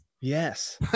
Yes